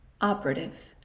operative